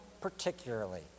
particularly